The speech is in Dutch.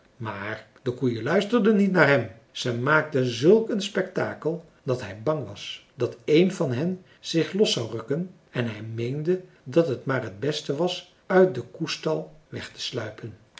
maar de koeien luisterden niet naar hem ze maakten zulk een spektakel dat hij bang was dat een van hen zich los zou rukken en hij meende dat het maar het beste was uit den koestal weg te sluipen